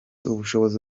ubushobozi